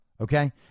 Okay